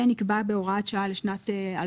זה נקבע בהוראת שעה לשנת,